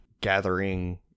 gathering